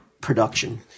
production